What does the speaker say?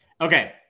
okay